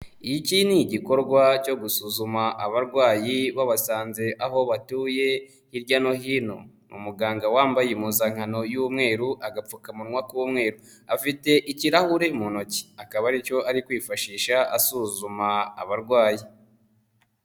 Iki ni igikorwa cyo gusuzuma abarwayi babasanze aho batuye hirya no hino, umuganga wambaye impuzankano y'umweru, agapfukamunwa k'umweru afite ikirahure mu ntoki akaba aricyo ari kwifashisha asuzuma abarwayi.